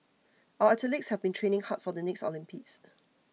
our athletes have been training hard for the next Olympics